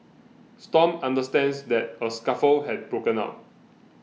stomp understands that a scuffle had broken out